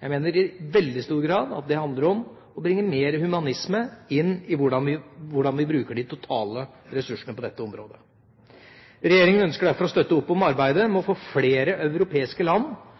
Jeg mener i veldig stor grad at det handler om å bringe mer humanisme inn i hvordan vi bruker de totale ressursene på dette området. Regjeringa ønsker derfor å støtte opp om arbeidet med å få flere europeiske land